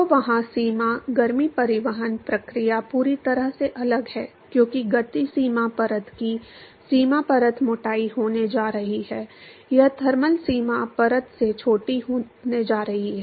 तो वहाँ सीमा गर्मी परिवहन प्रक्रिया पूरी तरह से अलग है क्योंकि गति सीमा परत की सीमा परत मोटाई होने जा रही है यह थर्मल सीमा परत से छोटी होने जा रही है